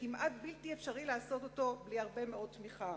וכמעט בלתי אפשרי לעשות אותו בלי הרבה מאוד תמיכה.